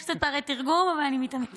יש קצת פערי תרגום, אבל אני מתאמצת).